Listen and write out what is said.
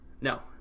No